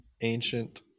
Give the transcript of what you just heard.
ancient